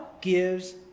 gives